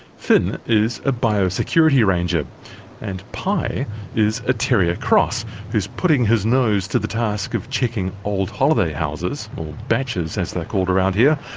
fin is a biosecurity ranger and pai is a terrier cross who's putting his nose to the task of checking old holiday houses, or baches as they're called around here,